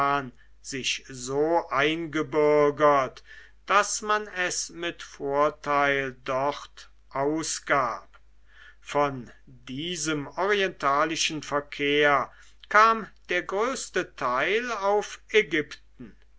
sich so eingebürgert daß man es mit vorteil dort ausgab von diesem orientalischen verkehr kam der größte teil auf ägypten